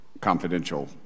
confidential